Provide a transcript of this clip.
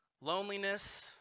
Loneliness